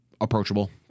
approachable